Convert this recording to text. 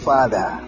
Father